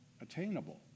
attainable